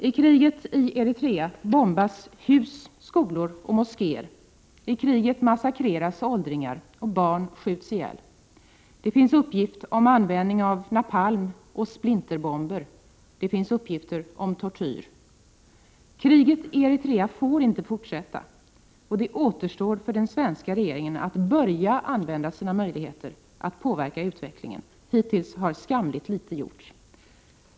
I kriget i Eritrea bombas hus, skolor och moskéer. I kriget massakreras också åldringar, och barn skjuts ihjäl. Det finns uppgifter om att napalm och splitterbomber används. Det finns även uppgifter om tortyr. Kriget i Eritrea får inte fortsätta. Det återstår för den svenska regeringen att börja utnyttja sina möjligheter att påverka utvecklingen. Hittills har skamligt litet gjorts.